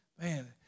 Man